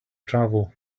travel